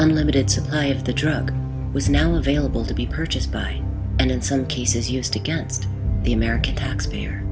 unlimited supply of the drug was now available to be purchased by and in some cases used against the american taxpayer